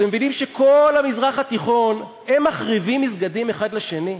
אתם מבינים שבכל המזרח התיכון הם מחריבים מסגדים האחד לשני,